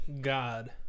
god